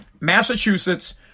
Massachusetts